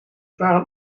waren